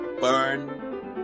burn